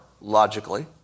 logically